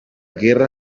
guerra